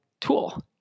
tool